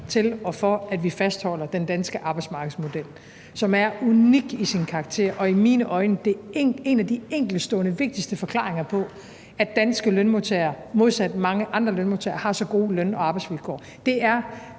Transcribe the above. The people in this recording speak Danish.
at løse – at vi fastholder den danske arbejdsmarkedsmodel, som er unik i sin karakter og i mine øjne en af de enkeltstående vigtigste forklaringer på, at danske lønmodtagere modsat mange andre lønmodtagere har så gode løn- og arbejdsvilkår. Det er